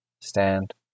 stand